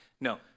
No